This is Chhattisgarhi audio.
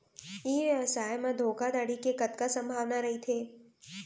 ई व्यवसाय म धोका धड़ी के कतका संभावना रहिथे?